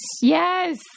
Yes